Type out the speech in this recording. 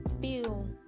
feel